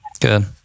Good